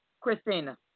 Christina